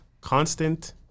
Constant